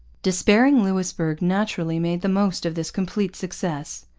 despairing louisbourg naturally made the most of this complete success.